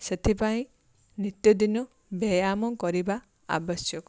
ସେଥିପାଇଁ ନିତିଦିନ ବ୍ୟାୟାମ କରିବା ଆବଶ୍ୟକ